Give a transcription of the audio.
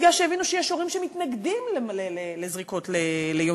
מכיוון שהבינו שיש הורים שמתנגדים לזריקות ליונקים,